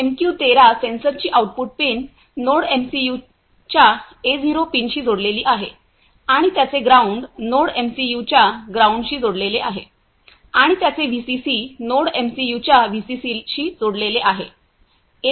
MQ 13 सेन्सरची output pin नोडएमसीयूच्या A 0 पिनशी जोडलेली आहे आणि त्याचे ग्राउंड नोडएमसीयूच्या ग्राउंडशी जोडलेले आहे आणि त्याचे व्हीसीसी नोडएमसीयूच्या व्हीसीसीशी जोडलेले आहे